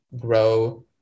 grow